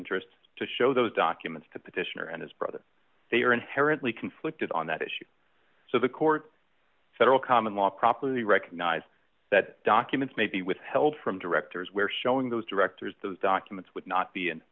interest to show those documents to petitioner and his brother they are inherently conflicted on that issue so the court federal commonlaw properly recognized that documents may be withheld from directors where showing those directors those documents would not be in